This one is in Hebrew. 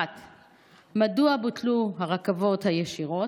1. מדוע בוטלו הרכבות הישירות?